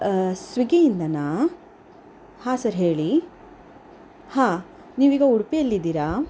ಸ್ವಿಗ್ಗಿಯಿಂದಲಾ ಹಾಂ ಸರ್ ಹೇಳಿ ಹಾಂ ನೀವೀಗ ಉಡುಪಿಯಲ್ಲಿದ್ದೀರಾ